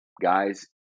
guys